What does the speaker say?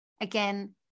again